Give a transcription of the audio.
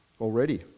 already